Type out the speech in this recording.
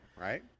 right